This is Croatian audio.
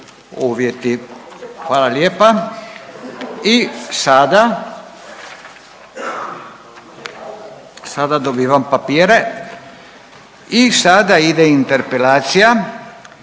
I sada, sada dobivam papire i sada ide: - Interpelacija